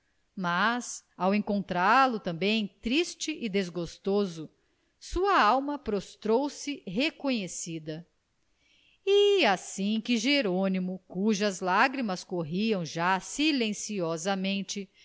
mas ao encontrá-lo também triste e desgostoso sua alma prostrou-se reconhecida e assim que jerônimo cujas lágrimas corriam já silenciosamente